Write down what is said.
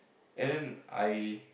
and then I